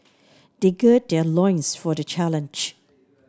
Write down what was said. they gird their loins for the challenge